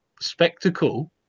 spectacle